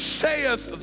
saith